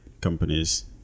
companies